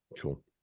cool